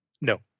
No